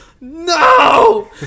No